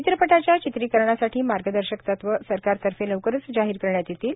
चित्रपटाच्या चित्रीकरणासाठी मार्गदर्शक तत्वे सरकारतर्फे लवकरच जाहीर करण्यात येतील